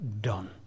done